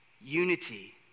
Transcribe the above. Unity